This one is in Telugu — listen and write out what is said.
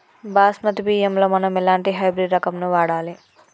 బాస్మతి బియ్యంలో మనం ఎలాంటి హైబ్రిడ్ రకం ని వాడాలి?